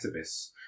activists